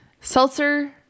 seltzer